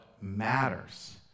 matters